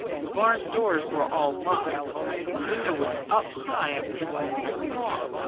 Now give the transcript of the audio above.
the barn doors were all locked and the window was up high and pretty small.